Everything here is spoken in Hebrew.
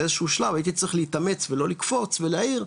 באיזה שהוא שלב הייתי צריך להתאמץ ולא לקפוץ ולהעיר,